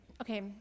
Okay